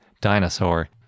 dinosaur